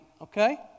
Okay